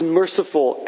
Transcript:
merciful